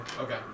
Okay